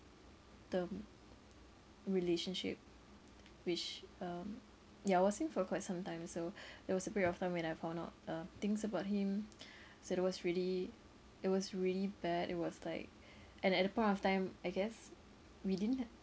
term relationship which um ya I was seeing him for quite some time so there was a period of time when I found out uh things about him so it was really it was really bad it was like and at the point of time I guess we didn't